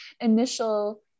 initial